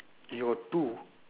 you got two